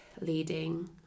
leading